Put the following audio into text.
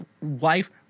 wife